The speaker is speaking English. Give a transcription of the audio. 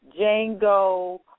Django